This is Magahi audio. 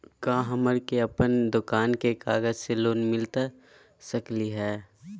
का हमरा के अपन दुकान के कागज से लोन मिलता सकली हई?